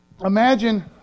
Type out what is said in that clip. imagine